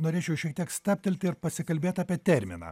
norėčiau šiek tiek stabtelti ir pasikalbėt apie terminą